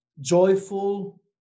joyful